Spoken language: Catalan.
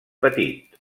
petit